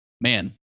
man